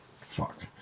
fuck